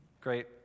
Great